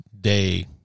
day